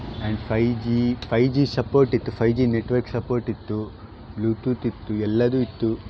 and five G five G support ಇತ್ತು five G network support ಇತ್ತು Bluetooth ಇತ್ತು ಎಲ್ಲದು ಇತ್ತು